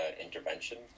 intervention